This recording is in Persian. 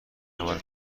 عمل